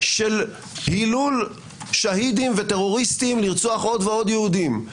של הילול שאהידים וטרוריסטים לרצוח עוד ועוד יהודים,